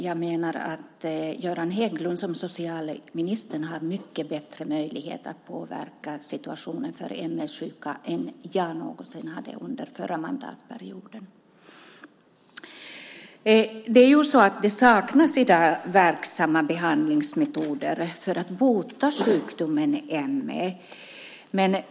Jag menar att Göran Hägglund som socialminister har mycket större möjlighet att påverka situationen för ME-sjuka än vad jag någonsin hade under den förra mandatperioden. Det saknas i dag verksamma behandlingsmetoder för att bota sjukdomen ME.